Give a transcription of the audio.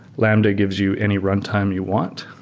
lambda gives you any runtime you want.